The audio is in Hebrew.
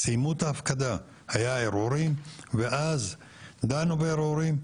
סיימו את ההפקדה היו ערעורים, דנו בערעורים.